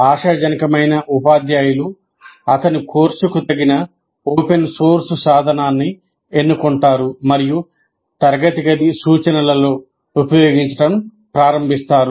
ఆశాజనకమైన ఉపాధ్యాయులు అతని కోర్సుకు తగిన ఓపెన్ సోర్స్ సాధనాన్ని ఎన్నుకుంటారు మరియు తరగతి గది సూచనలలో ఉపయోగించడం ప్రారంభిస్తారు